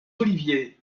oliviers